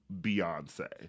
Beyonce